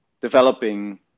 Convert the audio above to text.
developing